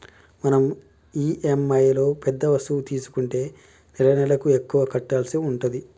మనం ఇఎమ్ఐలో పెద్ద వస్తువు తీసుకుంటే నెలనెలకు ఎక్కువ కట్టాల్సి ఉంటది